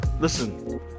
listen